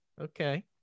okay